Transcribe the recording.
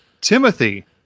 Timothy